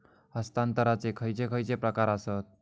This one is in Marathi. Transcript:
हस्तांतराचे खयचे खयचे प्रकार आसत?